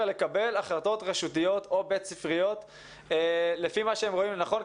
לקבל החלטות רשותיות או בית ספריות לפי מה שהם רואים לנכון,